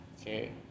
okay